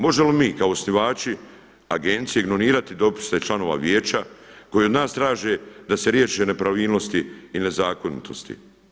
Možemo li mi kao osnivači agencije ignorirati dopise članova Vijeća koji od nas traže da se riješe nepravilnosti i nezakonitosti.